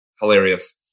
hilarious